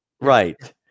Right